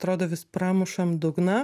atrodo vis pramušam dugną